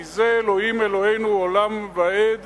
כי זה אלהים אלהינו עולם ועד